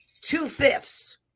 two-fifths